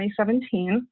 2017